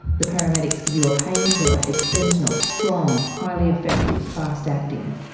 the paramedics give you a painkiller. it's fentanyl, strong, highly effective, fast acting.